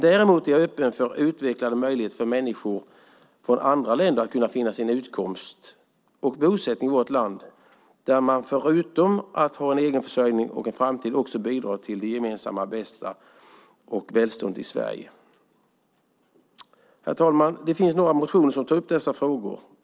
Däremot är jag öppen för utvecklade möjligheter för människor från andra länder att finna sin utkomst och bosättning i vårt land där man, förutom att man har en egenförsörjning och en framtid, också bidrar till det gemensamma bästa och välståndet i Sverige. Herr talman! Det finns några motioner som tar upp dessa frågor.